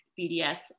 BDS